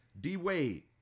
D-Wade